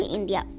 India